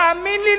תאמין לי,